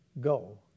go